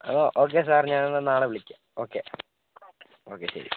ഓ okay sir ഞങ്ങള് നാളെ വിളിക്കാം ഓക്കെ ഓക്കെ ശരി